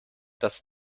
das